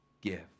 give